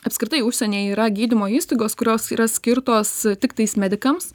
apskritai užsienyje yra gydymo įstaigos kurios yra skirtos tiktais medikams